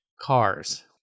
cars